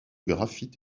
graphite